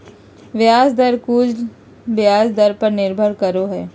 ब्याज दर कुल ब्याज धन पर निर्भर करो हइ